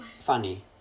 funny